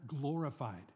glorified